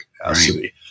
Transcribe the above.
capacity